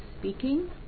speaking